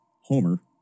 Homer